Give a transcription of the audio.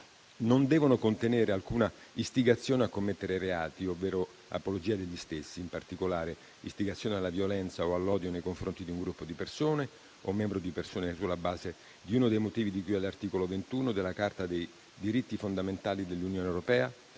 non devono contenere alcuna istigazione a commettere reati ovvero apologia degli stessi, in particolare: istigazione alla violenza o all'odio nei confronti di un gruppo di persone o di membri di un gruppo persone, sulla base di uno dei motivi di cui all'articolo 21 della Carta dei diritti fondamentali dell'Unione europea